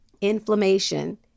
inflammation